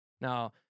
Now